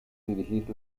dirigir